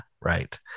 Right